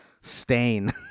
stain